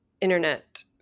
internet